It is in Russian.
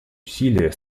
усилия